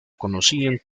conocían